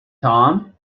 tom